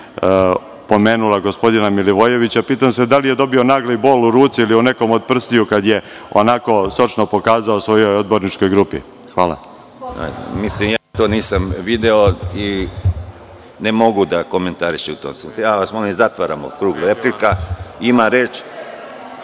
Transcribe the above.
pomenula gospodina Milivojevića, pitam se da li je dobio nagli bol u ruci ili u nekom od prstiju kada je onako sočno pokazao svojoj odborničkoj grupi. **Konstantin Arsenović** Ja to nisam video i ne mogu da komentarišem. Molim vas da zatvorimo krug replika. Reč